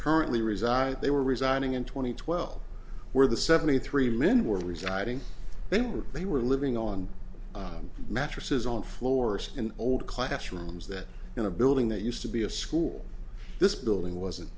currently reside they were residing in two thousand and twelve where the seventy three men were residing they were they were living on mattresses on floors in old classrooms that in a building that used to be a school this building wasn't